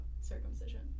circumcision